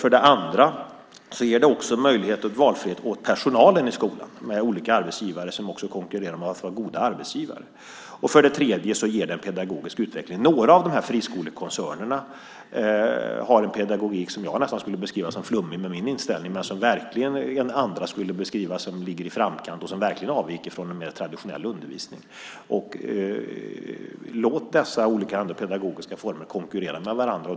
För det andra ger det, genom olika arbetsgivare som också konkurrerar om att vara goda arbetsgivare, möjligheter och valfrihet åt personalen i skolan. För det tredje ger det en pedagogisk utveckling. Några av friskolekoncernerna har en pedagogik som jag med min inställning nästan skulle beskriva som flummig men som andra skulle beskriva som något som ligger i framkant och verkligen avviker från en mer traditionell undervisning. Låt dessa olika pedagogiska former konkurrera med varandra.